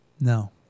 No